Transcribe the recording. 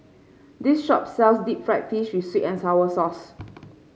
this shop sells Deep Fried Fish with sweet and sour sauce